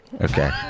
okay